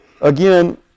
Again